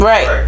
Right